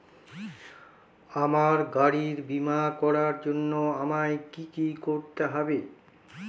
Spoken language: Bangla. আমার গাড়ির বীমা করার জন্য আমায় কি কী করতে হবে?